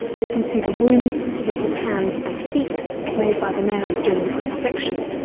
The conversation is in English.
we can see the wounds in his hands and feet made by the nails during the crucifixion,